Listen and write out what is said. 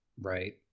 Right